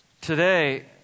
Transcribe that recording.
Today